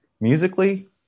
Musically